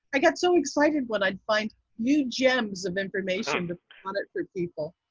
i got so excited when i'd find new gems of information to put on it for people.